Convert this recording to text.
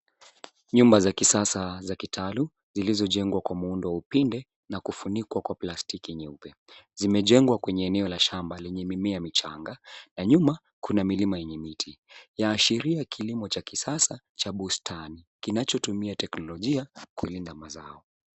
Nyumba za kisasa za kitalu zilizojengwa kwa muundo wa upinde na kufunikwa kwa plastiki nyeupe. Zimejengwa kwenye eneo la shamba lenye mimea michanga na nyuma kuna milima yenye miti. Yaashiria kilimo cha kisasa cha bustani kinachotumia teknolojia kulinda mazao.